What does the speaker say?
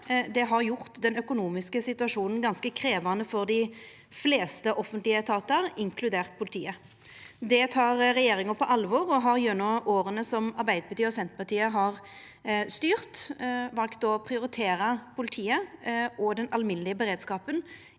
har gjort den økonomiske situasjonen ganske krevjande for dei fleste offentlege etatar, inkludert politiet. Det tek regjeringa på alvor. Gjennom åra som Arbeidarpartiet og Senterpartiet har styrt, har me valt å prioritera politiet og den alminnelege beredskapen